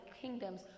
kingdoms